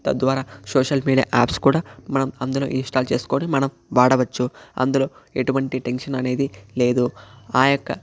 తద్వారా social media apps కూడా మనం అందులో ఇన్స్టాల్ చేసుకుని మనం వాడవచ్చు అందులో ఎటువంటి టెన్షన్ అనేది లేదు ఆ యొక్క